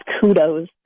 kudos